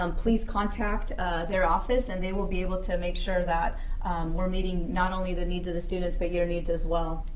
um please contact their office, and they will be able to make sure that we're meeting not only the needs of the students but your needs as well.